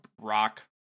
rock